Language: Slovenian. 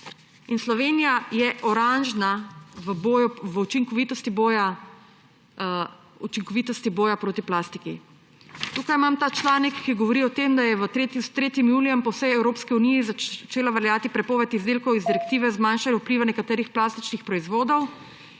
Slovenija je oranžna v učinkovitosti boja proti plastiki. Tukaj imam ta članek, ki govori o tem, da je s 3. julijem po vsej Evropski uniji začela veljati prepoved izdelkov iz direktive zmanjšanje vplivov nekaterih plastičnih proizvodov.